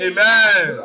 Amen